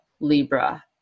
Libra